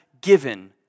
given